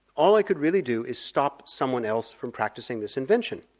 all i could really do is stop someone else from practising this invention.